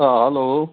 अँ हेलो